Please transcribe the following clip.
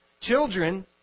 Children